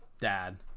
dad